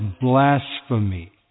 blasphemy